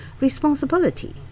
Responsibility